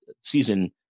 season